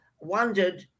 wondered